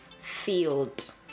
field